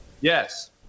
Yes